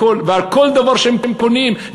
ועל כל דבר שהם קונים,